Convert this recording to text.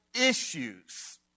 issues